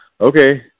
Okay